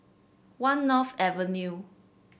One North Avenue